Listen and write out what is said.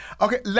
Okay